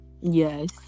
Yes